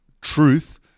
truth